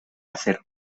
hacer